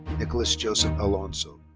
nicholas joseph alonso.